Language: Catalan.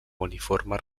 uniforme